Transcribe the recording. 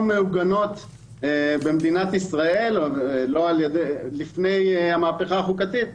מעוגנות בישראל לפני המהפכה החוקתית.